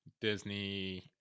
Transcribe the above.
disney